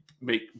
make